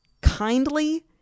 kindly